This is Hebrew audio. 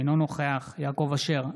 אינו נוכח יעקב אשר,